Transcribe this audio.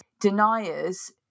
deniers